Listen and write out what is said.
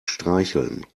streicheln